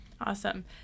Awesome